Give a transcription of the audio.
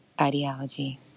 ideology